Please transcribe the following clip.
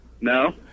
no